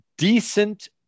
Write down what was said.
Decent